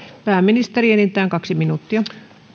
pääministeri enintään kaksi minuuttia